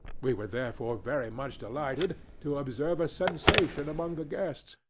we were therefore very much delighted to observe a sensation among the guests,